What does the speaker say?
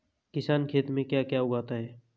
किसान खेत में क्या क्या उगाता है?